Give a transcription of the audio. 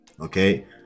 okay